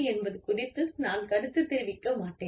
என்பது குறித்து நான் கருத்து தெரிவிக்க மாட்டேன்